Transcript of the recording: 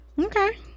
okay